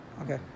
Okay